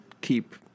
keep